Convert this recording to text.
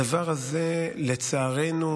הדבר הזה, לצערנו,